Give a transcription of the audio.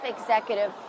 executive